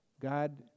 God